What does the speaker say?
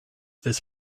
this